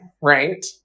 right